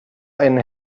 einen